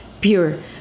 pure